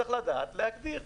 צריך לדעת להגדיר.